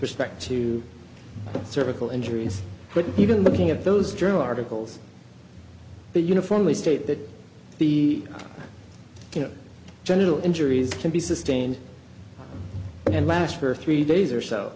respect to cervical injuries but even looking at those journal articles that uniformly state that the general injuries can be sustained and last for three days or so